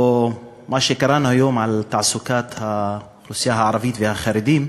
או מה שקראנו היום על תעסוקת האוכלוסייה הערבית והחרדים,